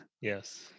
Yes